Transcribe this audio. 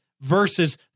versus